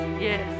Yes